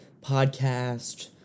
podcast